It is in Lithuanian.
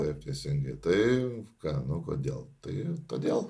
taip teisingai tai ką kodėl tai todėl